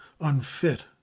unfit